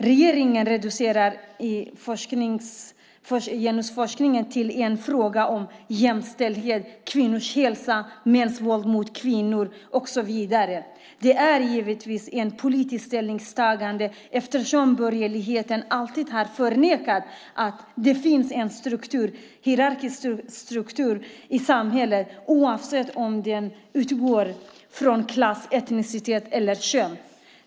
Regeringen reducerar genusforskningen till en fråga om jämställdhet, kvinnors hälsa, mäns våld mot kvinnor och så vidare. Det är givetvis ett politiskt ställningstagande eftersom borgerligheten alltid har förnekat att det finns en hierarkisk struktur i samhället oavsett om den utgår från klass, etnicitet eller kön.